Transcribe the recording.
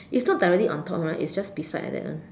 it's not directly on top right it's just beside right that one